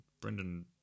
Brendan